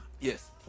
yes